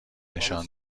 نشان